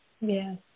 Yes